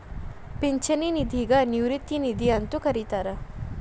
ಪಿಂಚಣಿ ನಿಧಿಗ ನಿವೃತ್ತಿ ನಿಧಿ ಅಂತೂ ಕರಿತಾರ